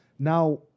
Now